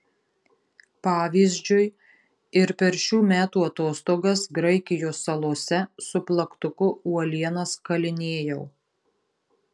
pavyzdžiui ir per šių metų atostogas graikijos salose su plaktuku uolienas kalinėjau